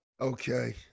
Okay